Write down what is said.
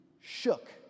shook